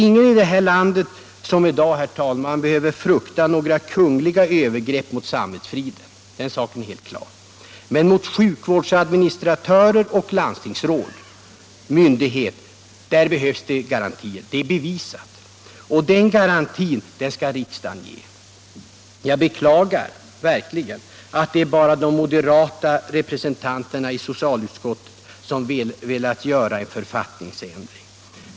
Ingen här i landet behöver i dag frukta några kungliga övergrepp mot samvetsfriden, den saken är helt klar, men mot sjukvårdsadministratörer, landstingsråd och myndigheter behövs garantier, det är bevisat. De garantierna skall riksdagen ge. Jag beklagar verkligen att det bara är de moderata representanterna i socialutskottet som har velat göra en författningsändring.